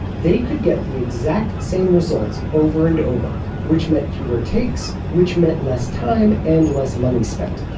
they could get the exact same results over and over, which meant fewer takes, which meant less time and less money spent.